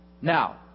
Now